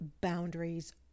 boundaries